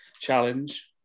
challenge